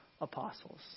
apostles